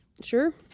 Sure